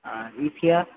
আর ইতিহাস